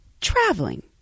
traveling